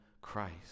Christ